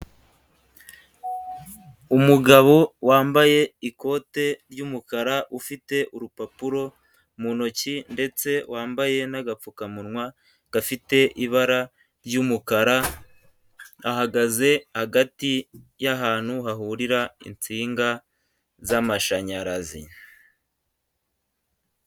Umugabo wambaye ikote ry'umukara ufite urupapuro mu ntoki ndetse wambaye n'agapfukamunwa gafite ibara ry'umukara ahagaze hagati y'ahantu hahurira insinga z'amashanyarazi.